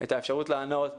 את האפשרות לענות,